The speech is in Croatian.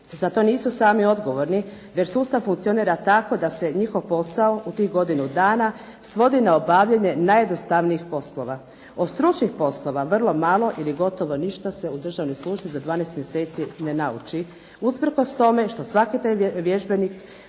Zato nisu sami odgovorni, jer sustav funkcionira tako da se njihov posao u tih godinu dana svodi na obavljanje najjednostavnijih poslova. Od stručnih poslova vrlo malo ili gotovo ništa se u državnoj službi za 12 mjeseci ne nauči, usprkos tome što svaki vježbenik